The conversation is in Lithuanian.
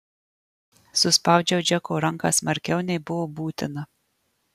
suspaudžiau džeko ranką smarkiau nei buvo būtina